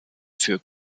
für